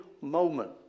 moment